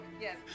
Yes